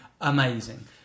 amazing